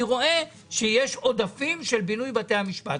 אני רואה שיש עודפים של בינוי בתי המשפט,